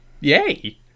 yay